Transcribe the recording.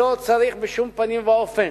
שלא צריך בשום פנים ואופן